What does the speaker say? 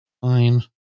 Fine